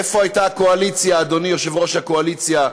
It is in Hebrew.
איפה הייתה הקואליציה, אדוני יושב-ראש הקואליציה,